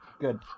good